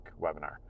webinar